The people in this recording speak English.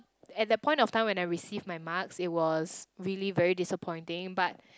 at the point of time when I receive my marks it was really very disappointing but